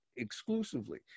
exclusively